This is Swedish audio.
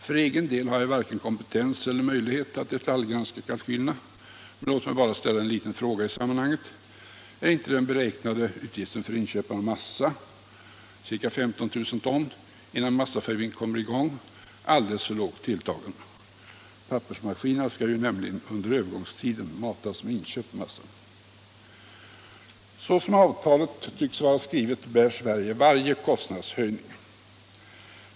För egen del har jag varken kompetens eller möjlighet att detaljgranska kalkylerna, men låt mig ställa en liten fråga i sammanhanget: Är inte den beräknade utgiften för inköpen av massa, ca 15 000 ton, innan massafabriken kommer i gång, alldeles för lågt tilltagen? Pappersmaskinerna skall nämligen under övergångstiden matas med inköpt massa. Såsom avtalet tycks vara skrivet bär Sverige varje kostnadshöjning.